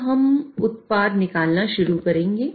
अब हम उत्पाद निकालना शुरू करेंगे